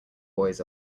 boys